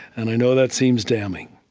and i know that seems damning,